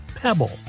pebble